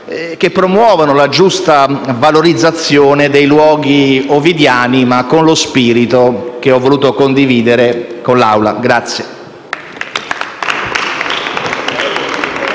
che promuovono la giusta valorizzazione dei luoghi ovidiani, ma con lo spirito che ho voluto condividere con l'Assemblea.